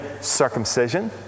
circumcision